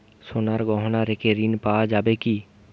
সোনার গহনা রেখে ঋণ পাওয়া যাবে কি?